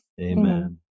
Amen